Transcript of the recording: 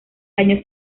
año